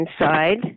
inside